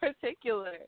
particular